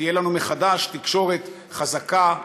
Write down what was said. תהיה לנו מחדש תקשורת חזקה,